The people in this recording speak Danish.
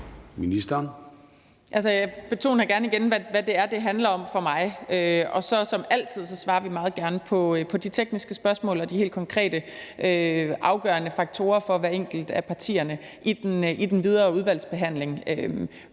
Jeg betoner gerne igen, hvad det er, det handler om for mig. Og som altid svarer vi meget gerne på de tekniske spørgsmål i forhold til de helt konkrete afgørende faktorer for hver enkelt af partierne i den videre udvalgsbehandling.